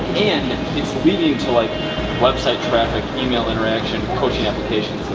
and it's feeding to like website traffic, email interaction, pushing application